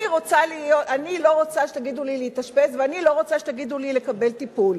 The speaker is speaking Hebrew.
אני לא רוצה שתגידו לי להתאשפז ואני לא רוצה שתגידו לי לקבל טיפול.